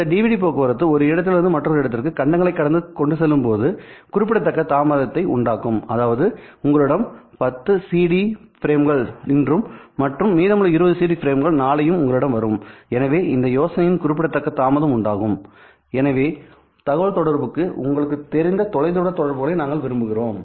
இந்த டிவிடி போக்குவரத்து ஒரு இடத்திலிருந்து மற்றொரு இடத்திற்கு கண்டங்களை கடந்து கொண்டு செல்லும்போது குறிப்பிடத்தக்க தாமதத்தை உண்டாக்கும் அதாவது உங்களிடம் 10 CD பிரேம்கள் இன்றும் மற்றும் மீதமுள்ள 20 CD பிரேம்கள் நாளையும் உங்களிடம் வரும்எனவே இந்த யோசனையின் குறிப்பிடத்தக்க தாமதம் உண்டாகும் எனவே தகவல் தொடர்புக்கு உங்களுக்குத் தெரிந்த தொலைதூர தொடர்புகளை நாங்கள் விரும்புகிறோம்